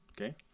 Okay